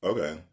Okay